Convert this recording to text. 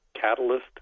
catalyst